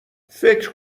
فکر